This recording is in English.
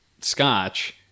scotch